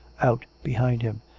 out behind him,